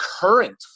current